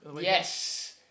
Yes